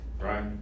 right